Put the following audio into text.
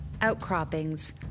outcroppings